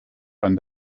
and